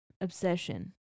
obsession